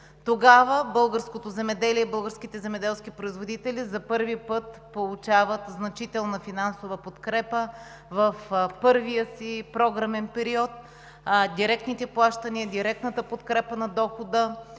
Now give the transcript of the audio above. Тогава българското земеделие, българските земеделски производители за първи път получават значителна финансова подкрепа. В първия си програмен период директните плащания, директната подкрепа на дохода